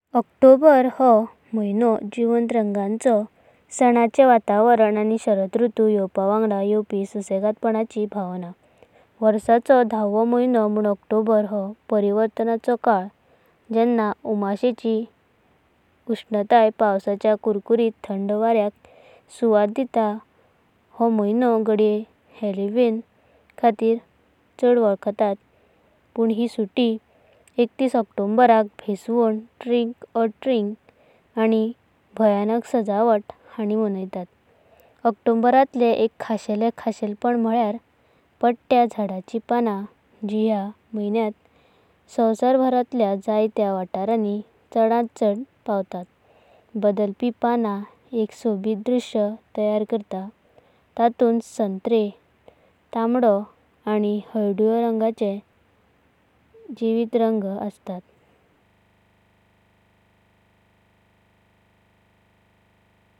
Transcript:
October हो म्हयणो जीवंत रंगांचा, सणाचें वातावरण आनी शारद ऋतु। येवपाक वांगाड़ येवपी सुसेगड़पणाची भावना। वर्षाचो धाव म्हयणो एक्कत्तीश म्हणूं अक्टोबार हो परिवर्तणाचो काळ। जेंव्हा उष्मेचें उष्णताय पावसाच्या कुरकुरीता, थंड वारेंका सुवात देता। हो म्हयणो घडए हलोविन हॅलोवीन खातीर चड वलखता, पं ही सुटी अक्टोबाराका भेसावण। ट्रिक-वा-ट्रींग आनी भयानक सजावट हांनि मणातात। अक्टूबर रांतलें एक्कशेलें खाशेलपण म्हल्यार पडतया झाडांचें पानां। जीं ह्या म्हयणेंत संवसारांतल्य जायत्यां वाटरांणी चडंतां चड पावतां। बदलपि पाणा एक शोभीत दृष्य तयार करता, ततुंतां संतरे, तांबडे आनी हलदूवे रंगाचे जीवंत रंग असता।